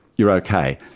you're okay.